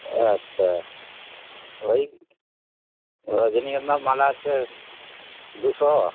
আচ্ছা ওই রজনীগন্ধার মালা হচ্ছে দুশো